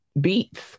beats